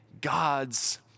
God's